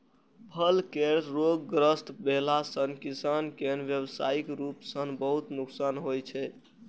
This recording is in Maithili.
फल केर रोगग्रस्त भेला सं किसान कें व्यावसायिक रूप सं बहुत नुकसान होइ छै